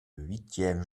huitième